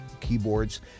keyboards